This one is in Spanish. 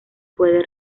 puede